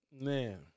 Man